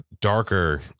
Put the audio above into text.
darker